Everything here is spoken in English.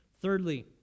Thirdly